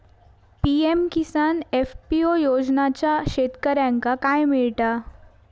PM Kisan FPO योजनाच्यात शेतकऱ्यांका काय मिळता?